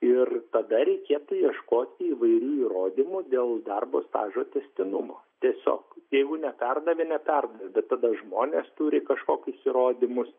ir tada reikėtų ieškoti įvairių įrodymų dėl darbo stažo tęstinumo tiesiog jeigu neperdavė neperdavė tada žmonės turi kažkokius įrodymus